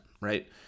right